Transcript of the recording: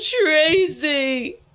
Tracy